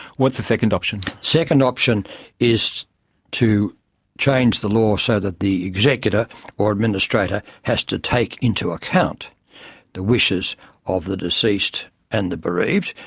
what's the second option? the second option is to change the law so that the executor or administrator has to take into account the wishes of the deceased and the bereaved,